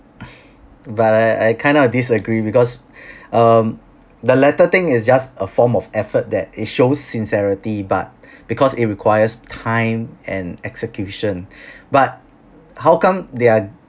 but I I kind of disagree because um the letter thing is just a form of effort that it shows sincerity but because it requires time and execution but how come there're